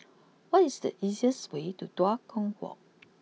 what is the easiest way to Tua Kong walk